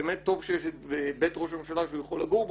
באמת טוב שיש את בית ראש הממשלה שהוא יכול לגור בו,